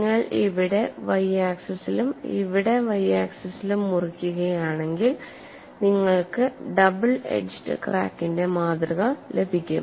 നിങ്ങൾ ഇവിടെ y ആക്സിസിലും ഇവിടെ y ആക്സിസിലും മുറിക്കുകയാണെങ്കിൽ നിങ്ങൾക്ക് ഡബിൾ എഡ്ജ്ഡ് ക്രാക്കിന്റെ മാതൃക ലഭിക്കും